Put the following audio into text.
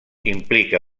implica